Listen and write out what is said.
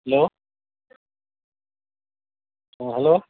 hello ହଁ hello